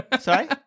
Sorry